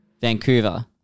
Vancouver